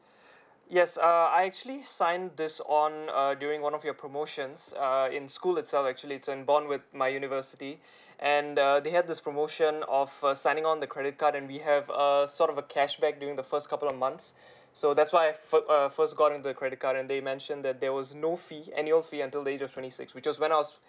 yes uh I actually signed this on err during one of your promotions err in school itself actually it's in bond with my university and uh they had this promotion of err signing on the credit card then we have err sort of a cashback during the first couple of months so that's why I fi~ err first gotten the credit card and they mentioned that there was no fee annual fee until the age of twenty six which is when I was